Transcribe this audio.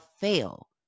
fail